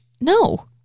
No